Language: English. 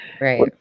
Right